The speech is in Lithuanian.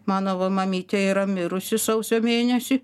mano va mamytė yra mirusi sausio mėnesį